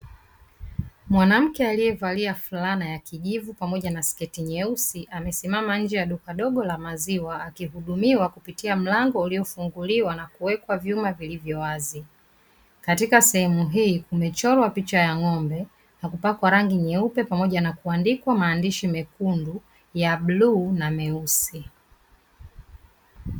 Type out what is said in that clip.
Mwanamke aliyevalia fulana ya kijivu pamoja na sketi nyeusi amesimama nje ya duka dogo la maziwa akihudumiwa kupitia mlango uliofunguliwa na kuwekwa vyuma vilivyowazi, katika sehemu hii kumechorwa picha ya n'gombe na kupakwa rangi nyeupe pamoja na kuandikwa maandishi mekundu, ya bluu na meusi.